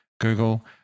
Google